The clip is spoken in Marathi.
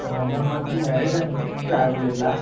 हां मॅम माझी मॅरीड आहे म्हटलं चार मेला